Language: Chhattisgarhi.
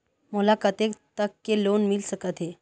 मोला कतेक तक के लोन मिल सकत हे?